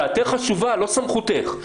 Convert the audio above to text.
דעתך חשובה, לא סמכותך.